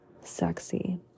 sexy